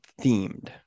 themed